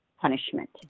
punishment